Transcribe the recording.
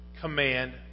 command